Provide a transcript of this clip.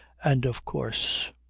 and of course.